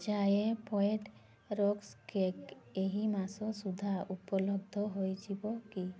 ଚାଏ ପୋଏଟ୍ rusk cake ଏହି ମାସ ସୁଦ୍ଧା ଉପଲବ୍ଧ ହୋଇଯିବ କି